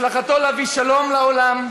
הצלחתו להביא שלום לעולם,